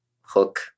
hook